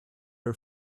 her